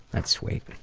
that's sweet.